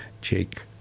Jake